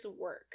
work